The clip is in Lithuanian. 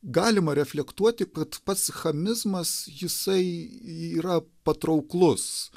galima reflektuoti kad pats chamizmas jisai yra patrauklus